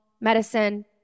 medicine